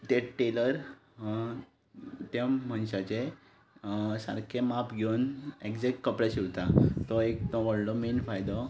ते टेलर ते मनशाचे सारकें माप घेवन एग्जेट कपडे शिंवता तो एक तो व्हडलो मेन फायदो